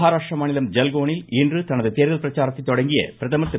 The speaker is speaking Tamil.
மஹாராஷ்டிர மாநிலம் ஜல்கோனில் இன்று தனது தோதல் பிரச்சாரத்தை தொடங்கிய பிரதமர் திரு